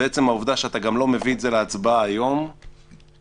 ועצם העובדה שאתה לא מביא את זה להצבעה היום -- שערורייה.